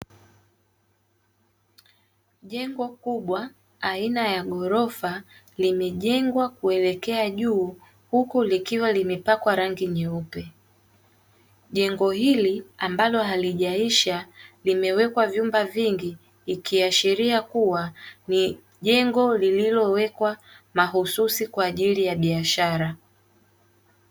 Jengo kubwa aina ya ghorofa limejengwa kuelekea juu huku likiwa limepakwa kwa rangi nyeupe, jengo hili ambalo halijaisha limewekwa vyumba vingi ikiashiria kuwa ni jengo lililoweka mahususi kwa ajili ya biashara.